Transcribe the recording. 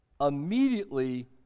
immediately